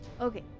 Okay